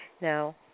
No